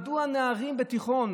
מדוע נערים בתיכון